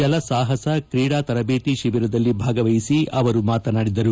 ಜಲಸಾಹಸ ಕ್ರೀಡಾ ತರಬೇತಿ ಶಿಬಿರದಲ್ಲಿ ಭಾಗವಹಿಸಿ ಅವರು ಮಾತನಾಡಿದರು